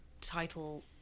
title